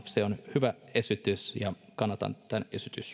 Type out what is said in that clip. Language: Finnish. se on hyvä esitys ja kannatan